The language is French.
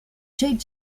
jay